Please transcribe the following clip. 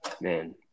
man